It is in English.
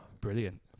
Brilliant